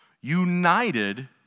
united